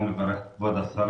מברך גם את כבוד השרה,